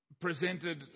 presented